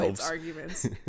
arguments